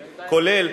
כולל,